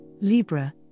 Libra